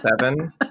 seven